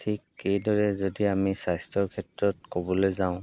ঠিক এইদৰে যদি আমি স্বাস্থ্যৰ ক্ষেত্ৰত ক'বলৈ যাওঁ